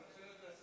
בבקשה,